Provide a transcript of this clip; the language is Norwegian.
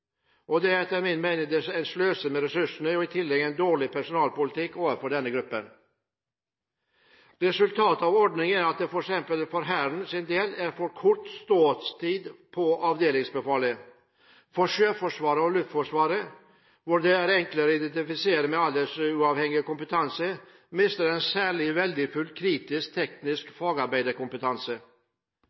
Det er etter min mening å sløse med ressursene og i tillegg en dårlig personalpolitikk overfor denne gruppen. Resultatet av ordningen er at det f.eks. for Hærens del er for kort ståtid på avdelingsbefalet. I Sjøforsvaret og Luftforsvaret, hvor det er enklere å identifisere aldersuavhengig kompetanse, mister en særlig verdifull kritisk, teknisk fagarbeiderkompetanse.